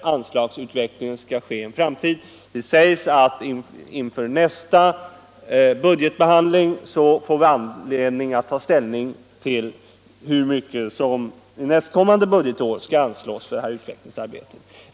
anslagsutvecklingen i framtiden. Det nämns att vi vid nästa budgetbehandling får anledning att ta ställning till hur mycket som skall anslås då till utvecklingsarbetet.